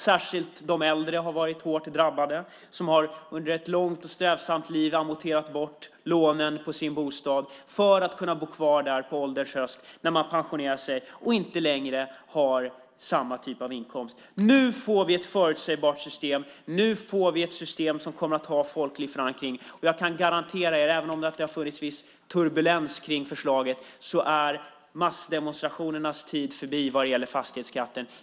Särskilt de äldre har varit hårt drabbade, som har under ett långt och strävsamt liv amorterat bort lånen på sin bostad för att kunna bo kvar där på ålderns höst när man pensionerat sig och inte längre har samma typ av inkomst. Nu får vi ett förutsägbart system. Nu får vi ett system som kommer att ha folklig förankring. Jag kan garantera att även om det har funnits viss turbulens kring förslaget är massdemonstrationernas tid förbi vad gäller fastighetsskatten.